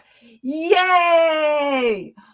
Yay